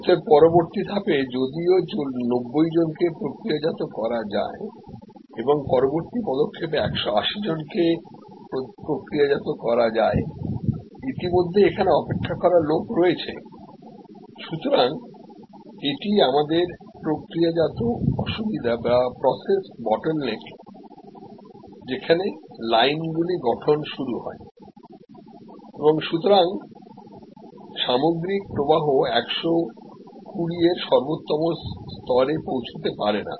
অতএব পরবর্তী ধাপে যদিও 90 জনকে প্রক্রিয়াজাত করা যায় এবং পরবর্তী পদক্ষেপে 180 জনকে প্রক্রিয়াজাত করা যায় ইতিমধ্যে এখানে অপেক্ষা করা লোক রয়েছেসুতরাং এটি আমাদের প্রক্রিয়াজাত অসুবিধা বা প্রসেস বটলনেক যেখানে লাইনগুলি গঠন শুরু হয় এবং সুতরাং সামগ্রিক প্রবাহ 120 এর সর্বোত্তম স্তরে পৌঁছতে পারে না